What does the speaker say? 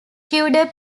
tudor